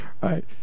right